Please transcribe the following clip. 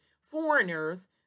foreigners